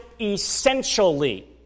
essentially